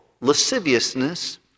lasciviousness